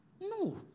No